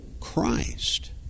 Christ